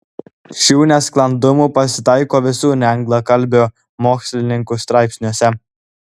šių nesklandumų pasitaiko visų neanglakalbių mokslininkų straipsniuose